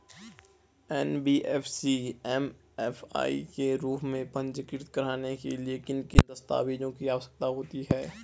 NBFC MFI के रूप में पंजीकृत कराने के लिए किन किन दस्तावेज़ों की आवश्यकता होती है?